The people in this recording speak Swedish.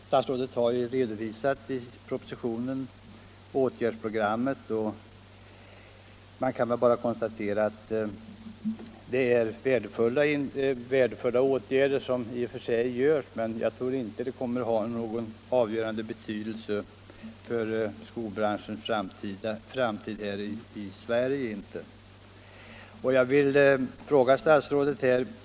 Statsrådet har ju i propositionen redovisat åtgärdsprogrammet, och man kan väl bara konstatera att det är i och för sig värdefulla åtgärder som där föreslås. Jag tror dock inte att de kommer att ha någon avgörande betydelse för skobranschens framtid här i Sverige.